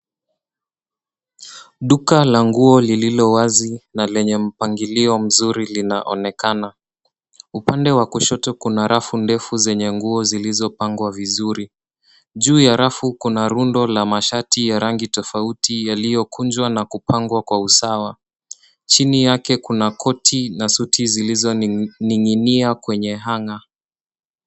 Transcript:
Duka la nguo lililo wazi na lenye mpangilio mzuri linaonekana. Upande wa kushoto kuna rafu ndefu zenye nguo zilizopangwa vizuri. Juu ya rafu kuna rundo la masharti ya rangi tofauti yaliyokunjwa na kupangwa kwa usawa. Chini yake kuna koti na suti zilizoninginia kwenye hanger .